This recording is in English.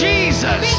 Jesus